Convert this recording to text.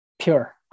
pure